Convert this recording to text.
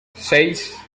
seis